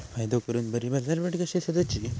फायदो करून बरी बाजारपेठ कशी सोदुची?